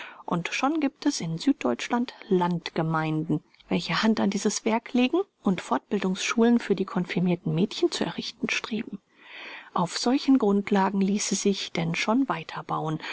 und schon gibt es in süd deutschland landgemeinden welche hand an dieses werk legen und fortbildungsschulen für die konfirmirten mädchen zu errichten streben auf solchen grundlagen ließe sich denn schon weiter